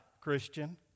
Christian